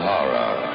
Horror